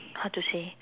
how to say